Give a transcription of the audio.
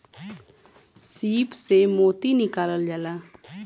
सीप से मोती निकालल जाला